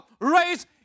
race